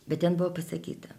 bet ten buvo pasakyta